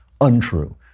untrue